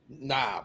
Nah